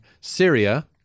Syria